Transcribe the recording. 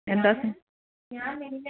എന്താ സെ